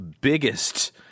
biggest